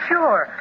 Sure